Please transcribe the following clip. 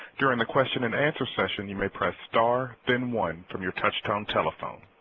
during the question and answer session you may press star then one from your touchtone telephone.